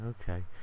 Okay